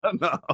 No